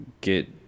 get